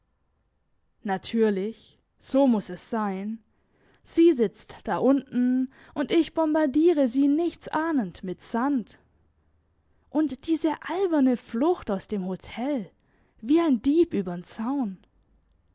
natürlich so muss es sein sie sitzt da unten und ich bombardiere sie nichtsahnend mit sand und diese alberne flucht aus dem hotel wie ein dieb übern zaun